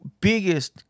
biggest